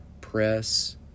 press